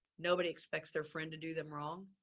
nobody expects their friend to do them wrong,